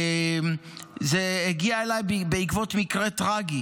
זה הגיע אליי בעקבות המקרה הטרגי